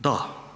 Da.